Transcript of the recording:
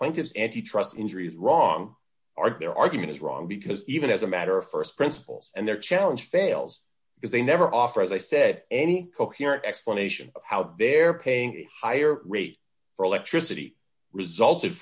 plaintiffs antitrust injury is wrong are their argument is wrong because even as a matter of st principles and their challenge fails because they never offer as i said any coherent explanation how they're paying a higher rate for electricity resulted